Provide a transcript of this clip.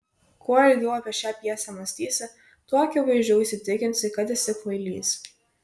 kuo ilgiau apie šią pjesę mąstysi tuo akivaizdžiau įsitikinsi kad esi kvailys